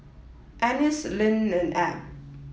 Annis Linn and Abb